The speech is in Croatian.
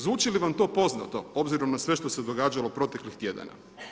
Zvuči li vam to poznato, obzirom na sve što se događalo proteklih tjedana.